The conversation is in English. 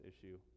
issue